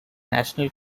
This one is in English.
national